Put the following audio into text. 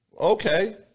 Okay